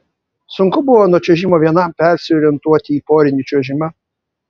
sunku buvo nuo čiuožimo vienam persiorientuoti į porinį čiuožimą